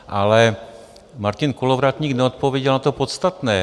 Ale Martin Kolovratník neodpověděl na to podstatné.